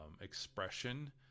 expression